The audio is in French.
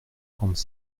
trente